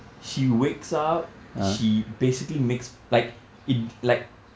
she wakes up she basically makes like in like